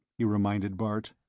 he reminded bart.